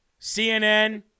CNN